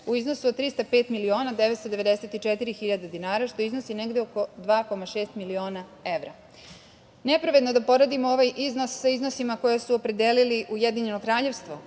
u iznosu od 305 miliona 994 hiljade dinara, što iznosi negde oko 2,6 miliona evra. Nepravedno je da poredimo ovaj iznos sa iznosima koje su opredelili Ujedinjeno Kraljevstvo